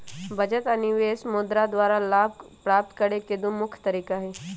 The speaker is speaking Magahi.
बचत आऽ निवेश मुद्रा द्वारा लाभ प्राप्त करेके दू मुख्य तरीका हई